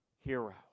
hero